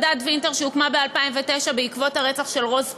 שהוקמה ב-2009 בעקבות הרצח של רוז פיזם,